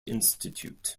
institute